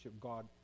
God